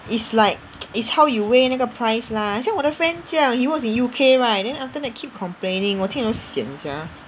it's like it's how you weigh 那个 price lah 很像我的 friend 这样 he works in U_K right then after that keep complaining 我听了都 sian sia